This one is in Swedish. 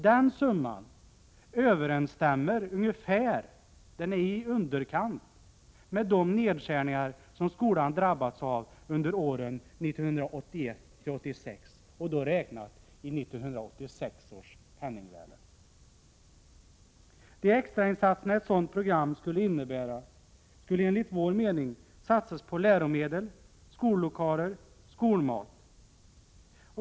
Den summan, vilken är i underkant, överensstämmer ungefär med de nedskärningar som skolan drabbats av under åren 1981-1986, räknat i 1986 års penningvärde. De extra insatser som ett sådant program skulle innebära skulle enligt vår mening satsas på läromedel, skollokaler och skolmat.